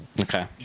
Okay